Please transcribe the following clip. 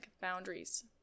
Boundaries